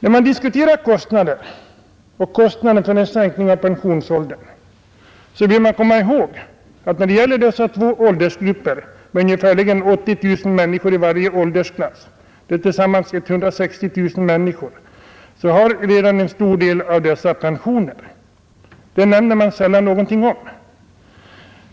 När man diskuterar kostnader och kostnaden för en sänkning av pensionsåldern, bör man komma ihåg att av dessa två årsklasser med ungefärligen 80000 människor i varje, eller tillsammans 160 000 människor, har redan en stor del pensioner. Det nämner man sällan någonting om.